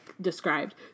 described